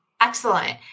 Excellent